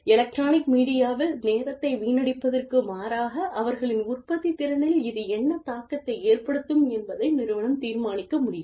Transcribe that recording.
electronic மீடியாவில் நேரத்தை வீணடிப்பதற்கு மாறாக அவர்களின் உற்பத்தித்திறனில் இது என்ன தாக்கத்தை ஏற்படுத்தும் என்பதை நிறுவனம் தீர்மானிக்க முடியும்